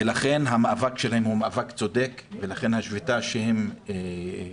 לכן המאבק שלהם הוא מאבק צודק ולכן השביתה עליה הם הכריזו,